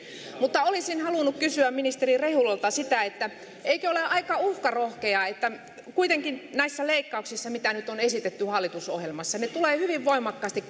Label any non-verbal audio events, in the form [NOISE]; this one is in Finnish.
mutta olisin halunnut kysyä ministeri rehulalta sitä eikö ole aika uhkarohkeaa että kuitenkin nämä leikkaukset mitä nyt on esitetty hallitusohjelmassa tulevat hyvin voimakkaasti [UNINTELLIGIBLE]